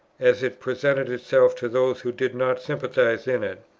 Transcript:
as it presented itself to those who did not sympathize in it,